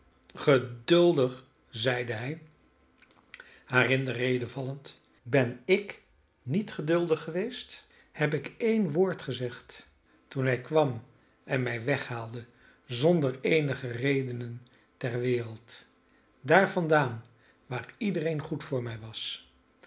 geduldig zeide hij haar in de rede vallende ben ik niet geduldig geweest heb ik een woord gezegd toen hij kwam en mij weghaalde zonder eenige redenen ter wereld daar vandaan waar iedereen goed voor mij was